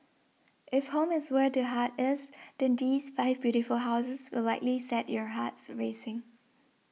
if home is where the heart is then these five beautiful houses will likely set your hearts racing